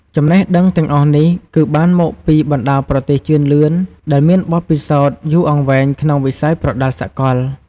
ចំណេះដឹងទាំងអស់នេះ គឺបានមកពីបណ្តាប្រទេសជឿនលឿនដែលមានបទពិសោធន៍យូរអង្វែងក្នុងវិស័យប្រដាល់សកល។